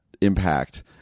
impact